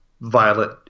violet